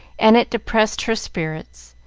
and it depressed her spirits,